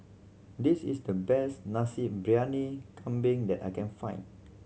this is the best Nasi Briyani Kambing that I can find